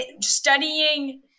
studying